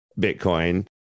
Bitcoin